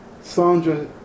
Sandra